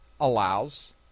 allows